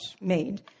made